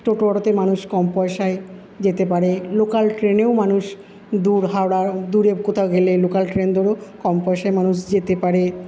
টোটো অটোতে মানুষ কম পয়সায় যেতে পারে লোকাল ট্রেনেও মানুষ দূর হাওড়ার দূরে কোথাও গেলে লোকাল ট্রেন ধরে কম পয়সায় মানুষ যেতে পারে